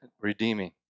redeeming